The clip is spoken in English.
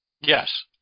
Yes